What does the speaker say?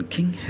King